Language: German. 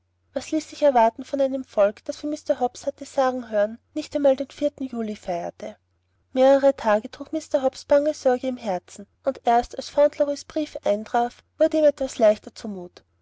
was ließ sich erwarten von einem volk das wie mr hobbs hatte sagen hören nicht einmal den vierten juli feierte mehrere tage trug mr hobbs bange sorge im herzen und erst als fauntleroys brief eintraf wurde ihm etwas leichter zu mut